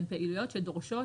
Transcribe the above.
הן פעילויות שדורשות